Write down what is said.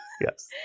Yes